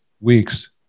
week's